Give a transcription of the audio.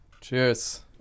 Cheers